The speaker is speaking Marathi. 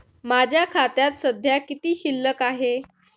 माझ्या खात्यात सध्या किती शिल्लक आहे?